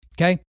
Okay